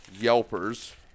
Yelpers